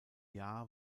jahr